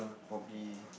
probably